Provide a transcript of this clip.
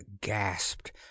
gasped